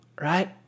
right